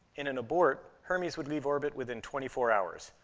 in an abort, hermes would leave orbit within twenty four hours.